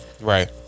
Right